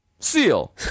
Seal